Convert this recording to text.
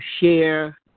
share